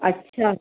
अच्छा